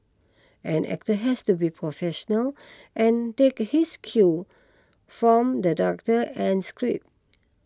an actor has to be professional and take his cue from the director and script